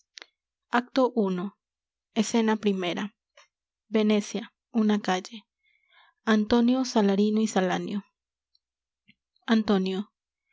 acto i escena primera venecia una calle antonio salarino y salanio antonio